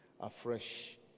afresh